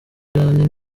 irani